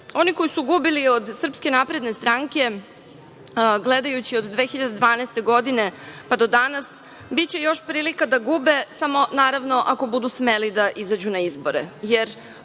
koji su gubili od Srpske napredne stranke gledajući od 2012. godine, pa do danas biće još prilika da gube, samo ako budu smeli da izađu na izbore,